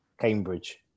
Cambridge